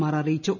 R അറിയിച്ചു